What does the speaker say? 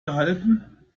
gehalten